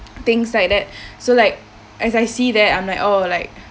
things like that so like as I see there I'm like oh like